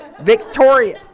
Victoria